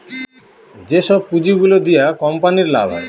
যেসব পুঁজি গুলো দিয়া কোম্পানির লাভ হয়